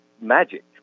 magic